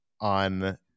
on